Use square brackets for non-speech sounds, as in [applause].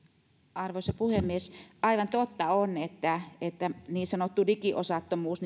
arvoisa puhemies aivan totta on että että niin sanottu digiosattomuus [unintelligible]